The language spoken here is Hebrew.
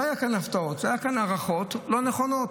לא היו כאן הפתעות, היו כאן הערכות לא נכונות.